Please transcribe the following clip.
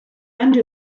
under